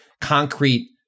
concrete